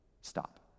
stop